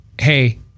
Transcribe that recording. hey